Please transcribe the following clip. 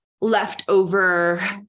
leftover